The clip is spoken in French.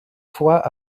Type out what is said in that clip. fois